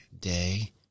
day